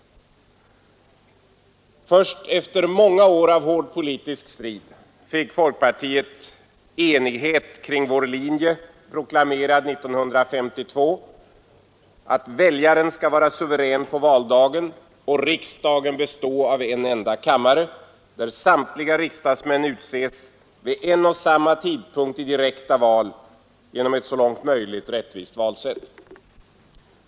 Först efter många år av hård politisk strid lyckades folkpartiet åstadkomma enighet kring sin linje, proklamerad 1952, att väljaren skall vara suverän på valdagen och riksdagen bestå av en enda kammare, där samtliga riksdagsmän utses vid en och samma tidpunkt i direkta val genom ett så långt som möjligt rättvist valsätt.